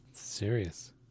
serious